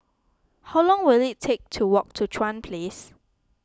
how long will it take to walk to Chuan Place